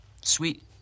sweet